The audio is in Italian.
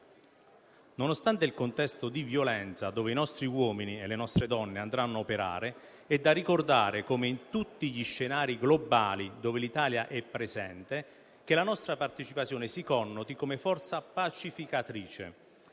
Nonostante il contesto di violenza dove i nostri uomini e le nostre donne andranno a operare, è da ricordare, come in tutti gli scenari globali dove l'Italia è presente, che la nostra partecipazione si connota come forza pacificatrice.